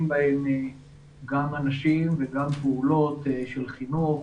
בהם גם אנשים וגם פעולות של חינוך.